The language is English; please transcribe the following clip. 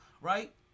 right